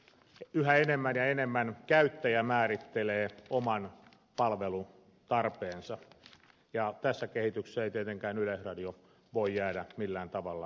yhä enemmän ja enemmän käyttäjä määrittelee oman palvelutarpeensa ja tästä kehityksestä ei tietenkään yleisradio voi jäädä millään tavalla pois